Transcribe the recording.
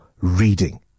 reading